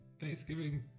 Thanksgiving